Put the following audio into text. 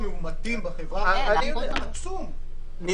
(היו"ר איתן גינזבורג,